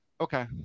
Okay